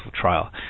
trial